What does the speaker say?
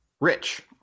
Rich